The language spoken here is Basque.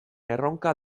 erronka